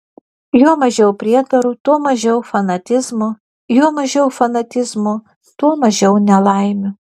juo mažiau prietarų tuo mažiau fanatizmo juo mažiau fanatizmo tuo mažiau nelaimių